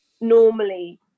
normally